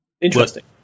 Interesting